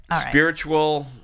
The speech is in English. spiritual